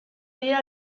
dira